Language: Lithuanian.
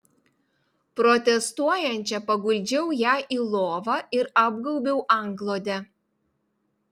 protestuojančią paguldžiau ją į lovą ir apgaubiau antklode